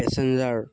passenger